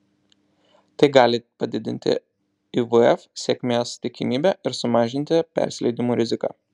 tai gali padidinti ivf sėkmės tikimybę ir sumažinti persileidimų riziką